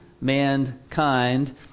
mankind